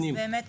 אז באמת,